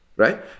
Right